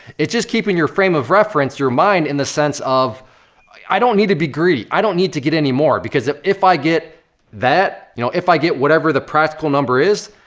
it's just keeping your frame of reference, your mind, in the sense of i don't need to be greedy. i don't need to get any more, because if if i get that, you know, if i get whatever the practical number is,